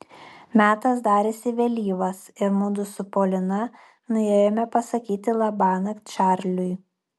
metas darėsi vėlyvas ir mudu su polina nuėjome pasakyti labanakt čarliui